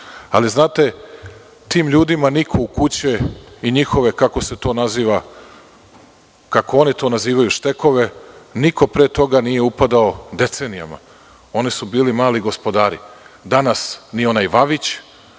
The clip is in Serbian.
Ali, znate tim ljudima niko u kuće i njihove, kako oni to nazivaju štekove, niko pre toga nije upadao decenijama. Oni su bili mali gospodari. Danas ni onaj Vavić,